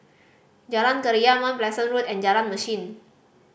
Jalan Keria Mount Pleasant Road and Jalan Mesin